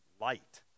light